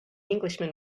englishman